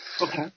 Okay